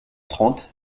trente